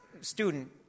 student